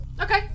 Okay